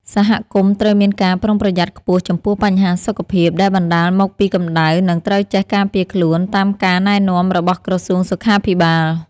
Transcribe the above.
សហគមន៍ត្រូវមានការប្រុងប្រយ័ត្នខ្ពស់ចំពោះបញ្ហាសុខភាពដែលបណ្តាលមកពីកម្តៅ និងត្រូវចេះការពារខ្លួនតាមការណែនាំរបស់ក្រសួងសុខាភិបាល។